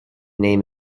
name